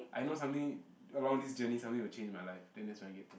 I know something along this journey something will change in my life then that's when I get a tattoo